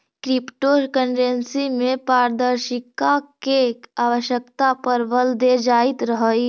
crypto currency में पारदर्शिता के आवश्यकता पर बल देल जाइत हइ